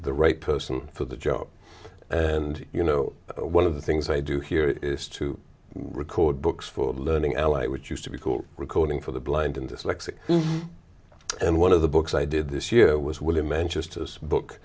the right person for the job and you know one of the things i do here is to record books for learning l i which used to be called recording for the blind and dyslexic and one of the books i did this year was william and just as book